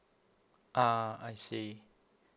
ah I see